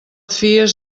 fies